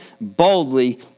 boldly